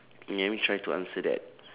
let me try to answer that